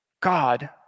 God